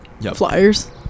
Flyers